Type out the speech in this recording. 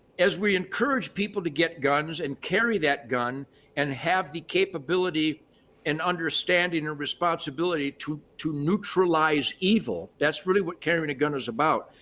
as we encourage people to get guns and carry that gun and have the capability and understanding or responsibility to to neutralize evil, that's really what carrying a gun is about.